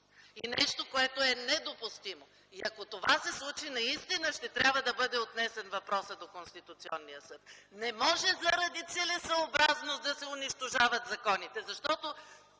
– нещо, което е недопустимо. И ако това се случи, наистина въпросът ще трябва да бъде отнесен до Конституционния съд. Не може заради целесъобразност да се унищожават законите! Тук